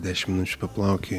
dešimt minučių paplaukioji